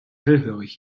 hellhörig